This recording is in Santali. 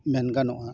ᱢᱮᱱ ᱜᱟᱱᱚᱜᱼᱟ